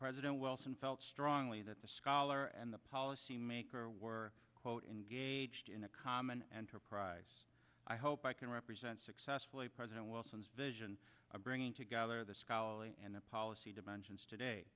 president wilson felt strongly that the scholar and the policy maker were quote engaged in a common enterprise i hope i can represent successfully president wilson's vision of bringing together the scholarly and the policy dimensions today